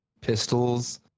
pistols